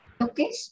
Okay